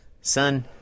Son